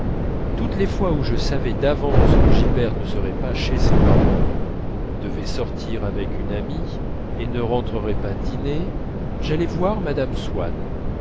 toutes les fois où je savais d'avance que gilberte ne serait pas chez ses parents devait sortir avec une amie et ne rentrerait pas dîner j'allais voir mme swann